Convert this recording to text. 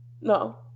no